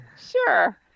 Sure